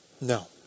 no